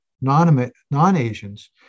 non-Asians